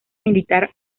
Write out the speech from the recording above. militar